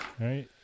Right